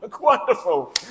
Wonderful